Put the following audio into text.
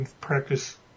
practice